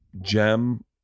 gem